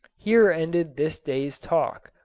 here ended this day's talk,